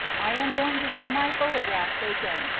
i am going to have my photograph taken.